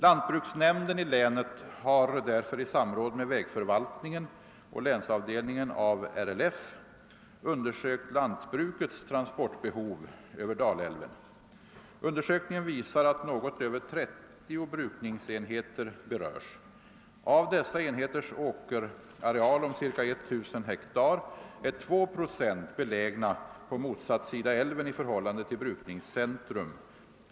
Lantbruksnämnden i länet har därför i samråd med vägförvaltningen och länsavdelningen av RLF mundersökt lantbrukets transportbehov över Dalälven. Undersökningen visar att något över 30 brukningsenheter berörs. Av dessa enheters åkerareal om ca 1000 ha är 2 procent belägna på motsatt sida älven i förhållande till brukningscentrum.